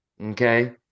okay